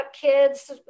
kids